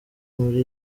muri